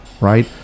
right